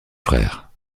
frères